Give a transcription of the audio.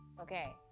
Okay